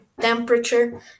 temperature